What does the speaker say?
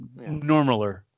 Normaler